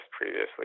previously